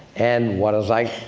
and what was i